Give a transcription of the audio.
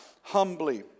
humbly